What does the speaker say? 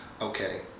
okay